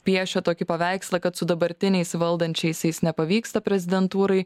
piešia tokį paveikslą kad su dabartiniais valdančiaisiais nepavyksta prezidentūrai